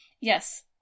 yes